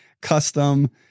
custom